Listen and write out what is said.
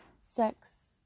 sex